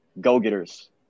go-getters